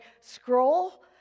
scroll